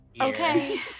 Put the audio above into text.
Okay